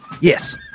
Yes